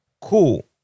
cool